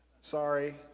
Sorry